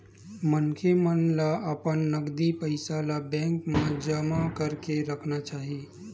मनखे मन ल अपन नगदी पइया ल बेंक मन म जमा करके राखना चाही